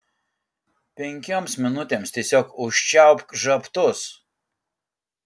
penkioms minutėms tiesiog užčiaupk žabtus